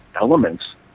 elements